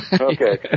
Okay